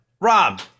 rob